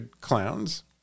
clowns